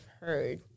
heard